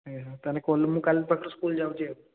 ଆଜ୍ଞା ହଉ ତାହାଲେ କଲୁ ମୁଁ କାଲି ପାଖରୁ ସ୍କୁଲ୍ ଯାଉଛି ଆଉ